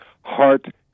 heart